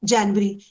January